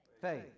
faith